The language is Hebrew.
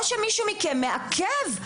או שמישהו מכם מעכב.